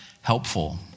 helpful